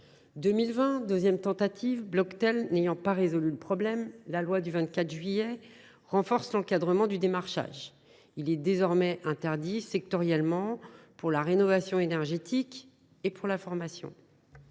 2020, deuxième tentative : Bloctel n’ayant pas résolu le problème, la loi du 24 juillet renforce l’encadrement du démarchage, qui est désormais interdit dans le secteur de la rénovation énergétique et de la formation.